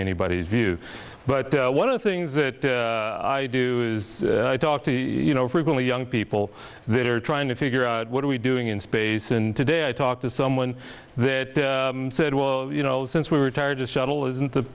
anybody's view but one of the things that i do i talk to you know frequently young people that are trying to figure out what are we doing in space and today i talked to someone that said well you know since we're tired of shuttle isn't the